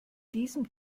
diesem